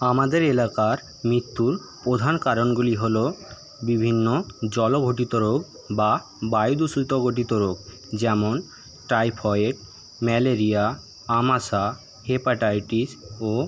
আমাদের এলাকার মৃত্যুর প্রধান কারণগুলি হল বিভিন্ন জল ঘটিত রোগ বা বায়ু দূষিত ঘটিত রোগ যেমন টাইফয়েড ম্যালেরিয়া আমাশা হেপাটাইটিস ও